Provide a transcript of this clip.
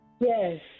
Yes